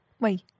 wait